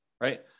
right